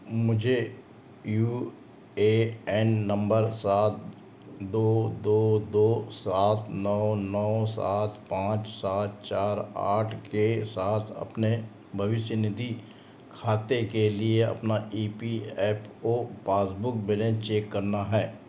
मुझे U A N नंबर सात दो दो दो सात नौ नौ सात पाँच सात चार आठ के साथ अपने भविष्य निधि खाते के लिए अपना E P F O passbook balance check करना है